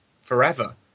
forever